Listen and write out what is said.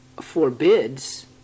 forbids